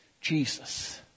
Jesus